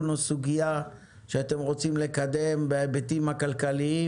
או סוגיה שאתם רוצים לקדם בהיבטים הכלכליים.